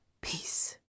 Peace